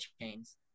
chains